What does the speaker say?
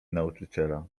nauczyciela